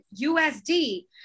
USD